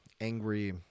angry